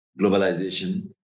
globalization